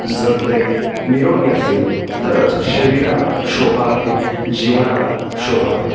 जर ते निरोगी असेल तरच शरीराला शोभा आहे जीवनाला शोभा आहे